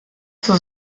zur